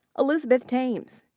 elizabeth tames.